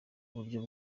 uburyo